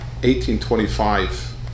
1825